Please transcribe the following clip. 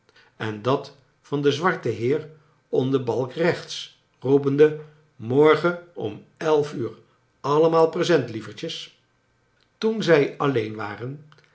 en dat van den z wart en heer om de balk rechts roepende morgen om elf uur allemaal present lievertjes i toen zij alleen waren